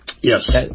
yes